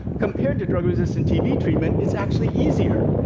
compared to drug-resistant tb treatment, it's actually easier.